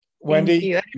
Wendy